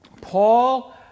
Paul